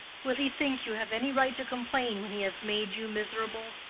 will he think you have any right to complain when he has made you miserable?